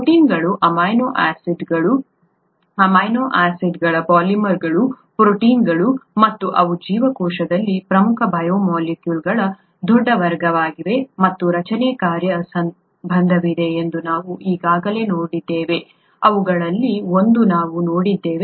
ಪ್ರೋಟೀನ್ಗಳು ಅಮೈನೋ ಆಸಿಡ್ಗಳು ಅಮೈನೋ ಆಸಿಡ್ಗಳ ಪಾಲಿಮರ್ಗಳು ಪ್ರೋಟೀನ್ಗಳು ಮತ್ತು ಅವು ಜೀವಕೋಶದಲ್ಲಿನ ಪ್ರಮುಖ ಬಯೋಮಾಲಿಕ್ಯೂಲ್ಗಳ ದೊಡ್ಡ ವರ್ಗವಾಗಿದೆ ಮತ್ತು ರಚನೆ ಕಾರ್ಯ ಸಂಬಂಧವಿದೆ ಎಂದು ನಾವು ಈಗಾಗಲೇ ನೋಡಿದ್ದೇವೆ ಅವುಗಳಲ್ಲಿ ಒಂದನ್ನು ನಾವು ನೋಡಿದ್ದೇವೆ